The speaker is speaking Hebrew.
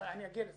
אני אגיע לזה.